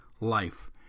life